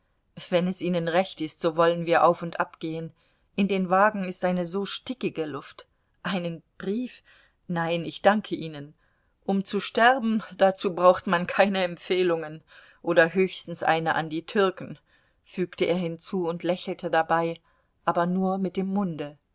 wenn es ihnen recht ist so wollen wir auf und ab gehen in den wagen ist eine so stickige luft einen brief nein ich danke ihnen um zu sterben dazu braucht man keine empfehlungen oder höchstens eine an die türken fügte er hinzu und lächelte dabei aber nur mit dem munde